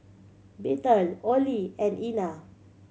Bethel Ollie and Ena